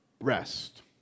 rest